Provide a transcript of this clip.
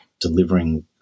delivering